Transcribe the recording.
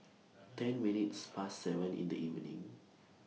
ten minutes Past seven in The evening